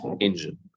engine